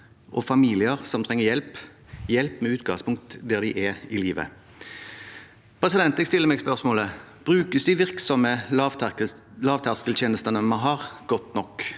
og familier som trenger hjelp, hjelp med utgangspunkt i der de er i livet. Jeg stiller meg spørsmålet: Brukes de virksomme lavterskeltjenestene vi har, godt nok?